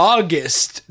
August